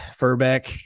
Furbeck